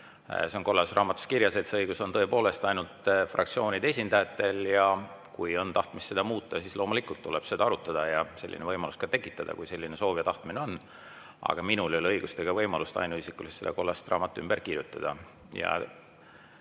See on kollases raamatus kirjas, et see õigus on tõepoolest ainult fraktsioonide esindajatel. Kui on tahtmist seda muuta, siis loomulikult tuleb seda arutada ja selline võimalus tekitada, kui selline soov ja tahtmine on. Aga minul ei ole õigust ega võimalust ainuisikuliselt seda kollast raamatut ümber kirjutada. Teine